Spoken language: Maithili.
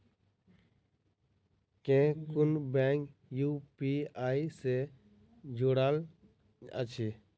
केँ कुन बैंक यु.पी.आई सँ जुड़ल अछि?